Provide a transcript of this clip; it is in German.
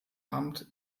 amt